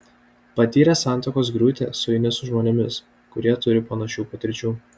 patyręs santuokos griūtį sueini su žmonėmis kurie turi panašių patirčių